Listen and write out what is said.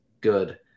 good